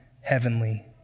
heavenly